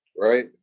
right